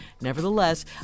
Nevertheless